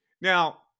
Now